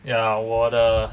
ya 我的